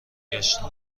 گشتم